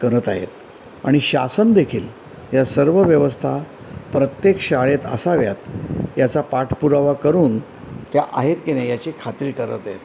करत आहेत आणि शासनदेखील या सर्व व्यवस्था प्रत्येक शाळेत असाव्यात याचा पाठपुरवा करून त्या आहेत की नाही याची खात्री करत आहेत